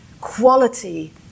quality